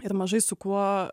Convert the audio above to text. ir mažai su kuo